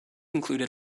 included